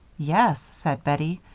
yes, said bettie.